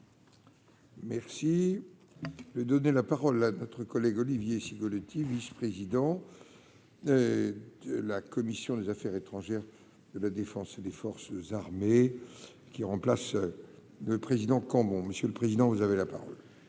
Merci le donner la parole à notre collègue Olivier Cigolotti, vice-président de la commission des Affaires étrangères de la Défense et des forces armées, qui remplace le président quand bon monsieur le président, vous avez la parole.